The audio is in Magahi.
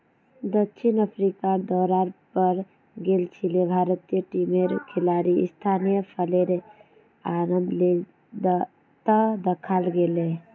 दक्षिण अफ्रीकार दौरार पर गेल छिले भारतीय टीमेर खिलाड़ी स्थानीय फलेर आनंद ले त दखाल गेले